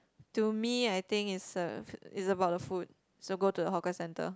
to me I think is a is about the food so go to the hawker centre